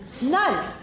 none